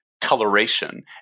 Coloration